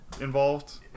involved